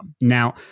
Now